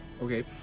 Okay